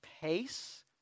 pace